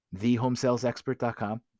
thehomesalesexpert.com